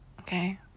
okay